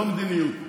זו המדיניות שלהם.